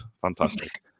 Fantastic